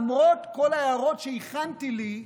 למרות כל ההערות שהכנתי לי,